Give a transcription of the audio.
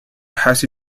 has